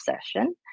session